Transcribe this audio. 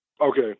Okay